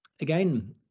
again